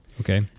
Okay